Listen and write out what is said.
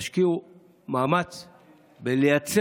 תשקיעו מאמץ בלייצר.